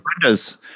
Brenda's